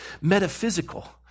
metaphysical